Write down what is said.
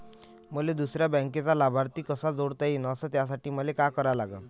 मले दुसऱ्या बँकेचा लाभार्थी कसा जोडता येईन, अस त्यासाठी मले का करा लागन?